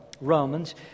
Romans